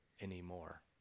anymore